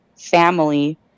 family